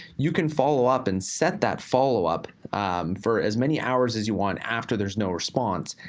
you can follow up and set that follow up for as many hours as you want after there is no response.